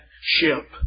ship